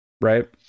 right